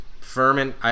Furman